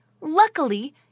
Luckily